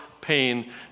pain